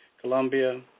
Colombia